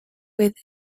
with